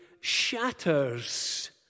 shatters